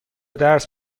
درس